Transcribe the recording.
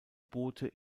boote